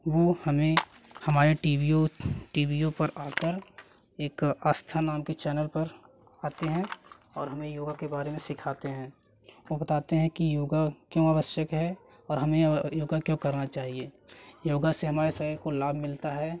वो हमें हमारे टीवीयों टीवीयों पर आकर एक आस्था नाम के चैनल पर आते हैं और हमें योग के बारे में सिखाते हैं वो बताते हैं कि योग क्यों आवश्यक है और हमें ये योग क्यों करना चाहिए योग से हमारे शरीर को लाभ मिलता है